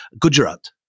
Gujarat